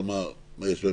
שתשב כמה דקות עם נציג